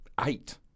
eight